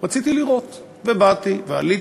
רציתי לראות, ובאתי ועליתי,